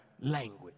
language